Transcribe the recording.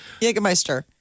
Jägermeister